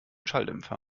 schalldämpfer